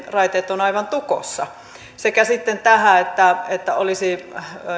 raiteet ovat aivan tukossa sitten tähän että että olisivat